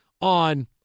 on